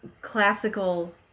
classical